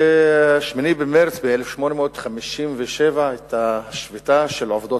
ב-8 במרס 1857 היתה שביתה של עובדות